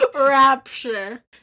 Rapture